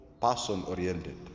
person-oriented